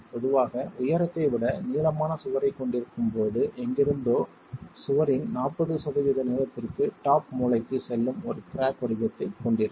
பொதுவாக உயரத்தை விட நீளமான சுவரைக் கொண்டிருக்கும் போது எங்கிருந்தோ சுவரின் 40 சதவீத நீளத்திற்கு டாப் மூலைக்கு செல்லும் ஒரு கிராக் வடிவத்தைக் கொண்டிருக்கும்